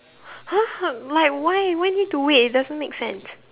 !huh! h~ like why why need to wait it doesn't make sense